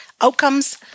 outcomes